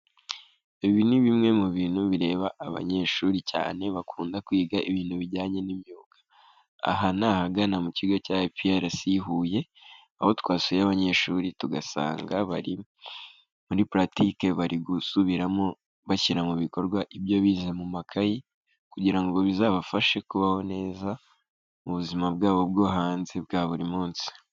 Ibi ni bimwe mu bintu bireba abanyeshuri cyane bakunda kwiga ibintu bijyanye n'imyuga, aha ni ahagana mu kigo cya IPRS Huye, aho twasuye abanyeshuri tugasanga bari muri puratike bari gusubiramo bashyira mu bikorwa ibyo bize mu makayi, kugira ngo bizabafashe kubaho neza mu buzima bwabo bwo hanze bwa buri munsi.